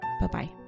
Bye-bye